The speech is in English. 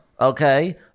okay